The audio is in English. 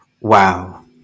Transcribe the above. Wow